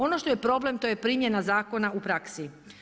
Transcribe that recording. Ono što je problem to je primjena zakona u praksi.